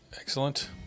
Excellent